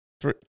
three